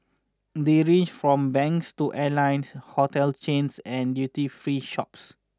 they range from banks to airlines hotel chains and duty free shops